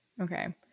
Okay